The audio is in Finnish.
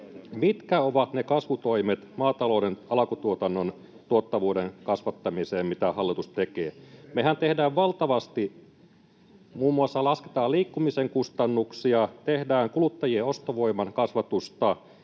Mitkä ovat ne kasvutoimet maatalouden alkutuotannon tuottavuuden kasvattamiseen, mitä hallitus tekee? Mehän tehdään valtavasti: muun muassa lasketaan liikkumisen kustannuksia, tehdään kuluttajien ostovoiman kasvatusta,